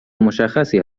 مشخصی